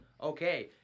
okay